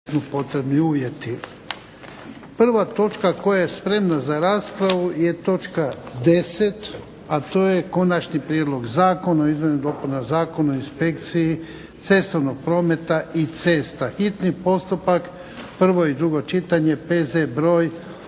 Ivan (HDZ)** Prva točka koja je spremna za raspravu je točka 10., a to je - Konačni prijedlog Zakona o izmjenama i dopunama Zakona o inspekciji cestovnog prometa i cesta, hitni postupak, prvo i drugo čitanje, P.Z.br.